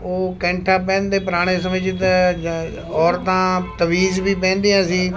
ਉਹ ਕੈਂਠਾ ਪਹਿਨਦੇ ਪੁਰਾਣੇ ਸਮੇਂ 'ਚ ਜਿੱਦਾਂ ਜ ਔਰਤਾਂ ਤਵੀਜ਼ ਵੀ ਪਹਿਨਦੀਆਂ ਸੀ